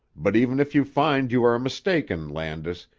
but even if you find you are mistaken, landis,